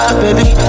baby